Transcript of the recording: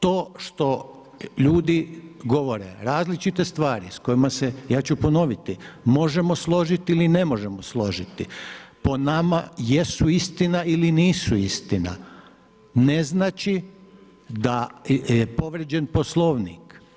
To što ljudi govore različite stvari s kojima se, ja ću ponoviti, možemo složiti ili ne možemo složiti, po nama jesu istina ili nisu istina, ne znači da je povrijeđen Poslovnik.